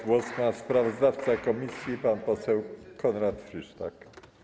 Głos ma sprawozdawca komisji pan poseł Konrad Frysztak.